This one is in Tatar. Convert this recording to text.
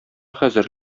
хәзер